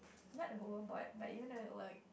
not the whole board but you know like